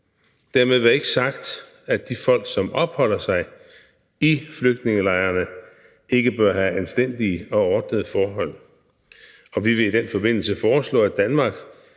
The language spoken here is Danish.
Dermed ikke være sagt, at de folk, som opholder sig i flygtningelejrene, ikke bør have anstændige og ordnede forhold. Vi vil i den forbindelse foreslå, at Danmark